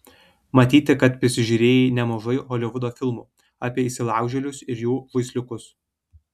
matyti kad prisižiūrėjai nemažai holivudo filmų apie įsilaužėlius ir jų žaisliukus